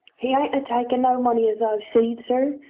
he ain't a taken no money as i've seed, sir.